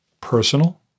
personal